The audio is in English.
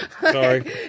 Sorry